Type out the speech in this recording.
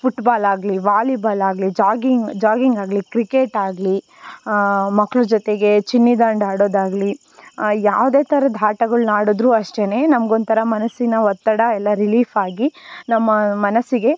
ಫುಟ್ಬಾಲಾಗಲೀ ವಾಲಿಬಾಲಾಗಲೀ ಜಾಗಿಂಗ್ ಜಾಗಿಂಗಾಗಲೀ ಕ್ರಿಕೇಟಾಗಲೀ ಮಕ್ಳ ಜೊತೆಗೆ ಚಿನ್ನಿದಾಂಡು ಆಡೋದಾಗಲೀ ಯಾವುದೇ ಥರದ್ ಆಟಗಳ್ನ್ ಆಡಿದ್ರೂ ಅಷ್ಟೇ ನಮ್ಗೊಂಥರಾ ಮನಸ್ಸಿನ ಒತ್ತಡ ಎಲ್ಲ ರಿಲೀಫಾಗಿ ನಮ್ಮ ಮನಸ್ಸಿಗೆ